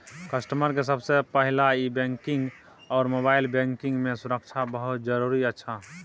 customer के सबसे पहला ई बैंकिंग आर मोबाइल बैंकिंग मां सुरक्षा बहुत जरूरी अच्छा